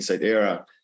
Era